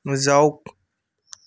যাওক